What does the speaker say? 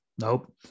nope